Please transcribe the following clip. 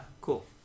Cool